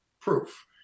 Proof